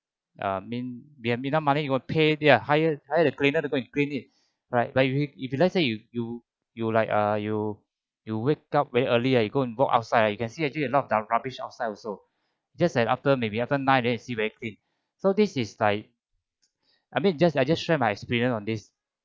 uh mean we have enough money you got pay ya hire hire a cleaner to go and clean it right like you if you let's say you you you like uh you you wake up very early ah you go and walk outside you can see actually a lot of rub~ rubbish outside also just and after maybe after nine then you see very clean so this is like I mean just I just share my experience on this